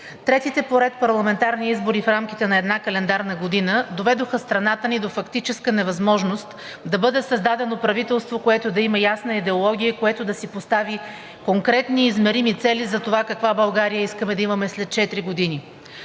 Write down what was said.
Третите поред парламентарни избори в рамките на една календарна година доведоха страната ни до фактическа невъзможност да бъде създадено правителство, което да има ясна идеология и което да си постави конкретни измерими цели за това каква България искаме да имаме след четири години.